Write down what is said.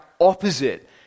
opposite